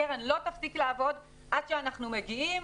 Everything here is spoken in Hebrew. הקרן לא תפסיק לעבוד עד שאנחנו מגיעים